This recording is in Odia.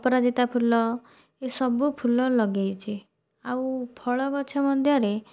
ଅପରାଜିତା ଫୁଲ ଏସବୁ ଫୁଲ ଲଗାଇଛି ଆଉ ଫଳ ଗଛ ମଧ୍ୟରେ